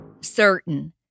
certain